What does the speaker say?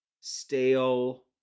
stale